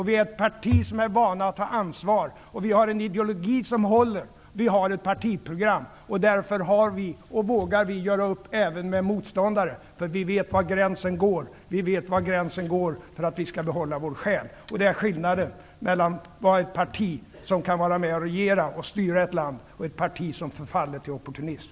Vi är ett parti där vi är vana att ta ett ansvar. Vi har en ideologi som håller, och vi har ett partiprogram. Därför vågar vi göra upp även med motståndare, för vi vet var gränsen går för att vi skall kunna be hålla vår själ. Det är skillnaden mellan ett parti som kan regera och styra ett land och ett parti som förfaller till opportunism.